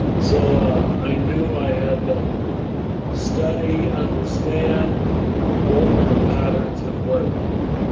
so i knew i had to study, understand what were the patterns at work here?